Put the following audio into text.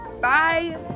Bye